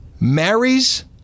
marries